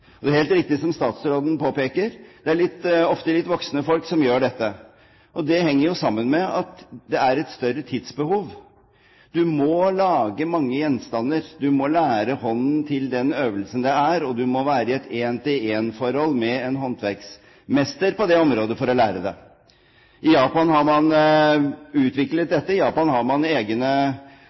Det er helt riktig som statsråden påpeker, det er ofte litt voksne folk som gjør dette. Det henger sammen med at det er et større tidsbehov. Du må lage mange gjenstander, du må lære hånden til den øvelsen det er, og du må være i et en-til-en-forhold med en håndverksmester på området for å lære det. I Japan har man utviklet dette. I Japan har man egne